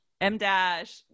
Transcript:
M-Dash